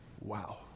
Wow